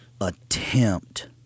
attempt